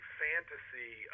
fantasy